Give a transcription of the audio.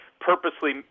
purposely